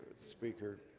speaker,